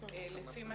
לפי מה